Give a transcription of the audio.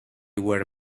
were